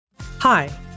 Hi